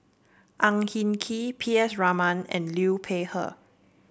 Ang Hin Kee P S Raman and Liu Peihe